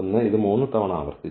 1 ഇത് 3 തവണ ആവർത്തിച്ചു